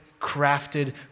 crafted